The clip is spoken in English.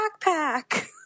backpack